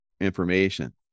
information